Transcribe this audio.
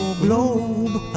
globe